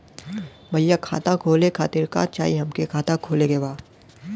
भईया खाता खोले खातिर का चाही हमके खाता खोले के बा?